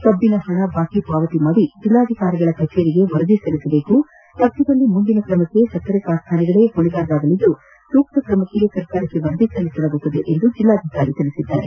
ಕಬ್ಬಿನ ಪಣ ಬಾಕಿ ಪಾವತಿಸಿ ಜಿಲ್ಲಾಧಿಕಾರಿಗಳ ಕಾರ್ಯಾಲಯಕ್ಕೆ ವರದಿ ಸಲ್ಲಿಸಬೇಕು ತಪ್ಪಿದ್ದಲ್ಲಿ ಮುಂದಿನ ಕ್ರಮಕ್ಕೆ ಸಕ್ಕರೆ ಕಾರ್ಖಾನೆಗಳೇ ಹೊಣೆಗಾರರಾಗಲಿದ್ದು ಸೂಕ್ತ ಕ್ರಮಕ್ಕಾಗಿ ಸರ್ಕಾರಕ್ಕೆ ವರದಿ ಸಲ್ಲಿಸಲಾಗುವುದು ಎಂದು ಜಿಲ್ಲಾಧಿಕಾರಿ ತಿಳಿಸಿದ್ದಾರೆ